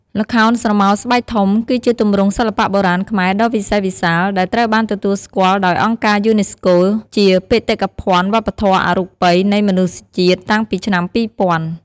ល្ខោនស្រមោលស្បែកធំ គឺជាទម្រង់សិល្បៈបុរាណខ្មែរដ៏វិសេសវិសាល ដែលត្រូវបានទទួលស្គាល់ដោយអង្គការយូណេស្កូជាបេតិកភណ្ឌវប្បធម៌អរូបីនៃមនុស្សជាតិតាំងពីឆ្នាំ ២០០០។